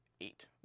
eight